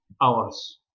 hours